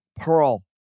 Pearl